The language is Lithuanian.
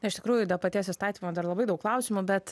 na iš tikrųjų dėl paties įstatymo dar labai daug klausimų bet